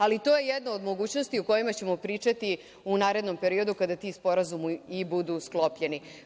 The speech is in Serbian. Ali, to je jedna od mogućnosti o kojima ćemo pričati u narednom periodu kada ti sporazumi i budu sklopljeni.